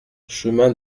chemin